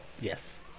Yes